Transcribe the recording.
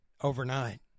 overnight